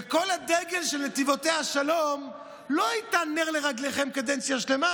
וכל הדגל של "נתיבותיה שלום" לא היה נר לרגליכם קדנציה שלמה.